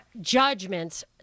judgments